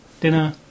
dinner